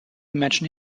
mentions